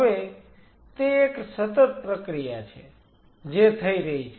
હવે તે એક સતત પ્રક્રિયા છે જે થઈ રહી છે